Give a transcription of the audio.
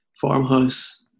farmhouse